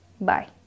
Bye